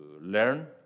learn